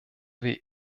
wie